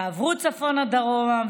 תעברו צפונה ודרומה,